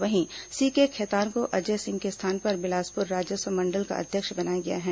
वहीं सीके खेतान को अजय सिंह के स्थान पर बिलासपुर राजस्व मंडल का अध्यक्ष बनाया गया है